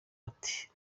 ati